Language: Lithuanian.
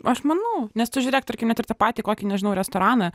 aš manau nes tu žiūrėk tarkim net ir tą patį kokį nežinau restoraną